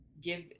give